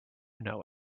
know